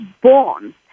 born